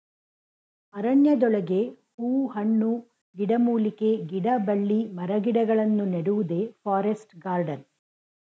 ಅರಣ್ಯದೊಳಗೆ ಹೂ ಹಣ್ಣು, ಗಿಡಮೂಲಿಕೆ, ಗಿಡಬಳ್ಳಿ ಮರಗಿಡಗಳನ್ನು ನೆಡುವುದೇ ಫಾರೆಸ್ಟ್ ಗಾರ್ಡನ್